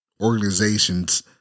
organizations